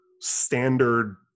standard